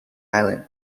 island